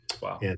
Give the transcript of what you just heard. Wow